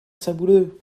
sabouleux